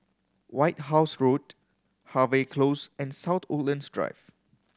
White House Road Harvey Close and South Woodlands Drive